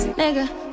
nigga